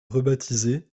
rebaptisée